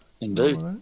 indeed